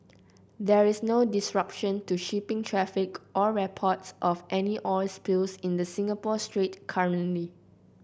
there is no disruption to shipping traffic or reports of any oil spills in the Singapore Strait currently